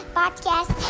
podcast